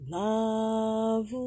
love